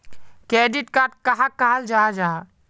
Credit card कहाक कहाल जाहा जाहा?